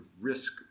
risk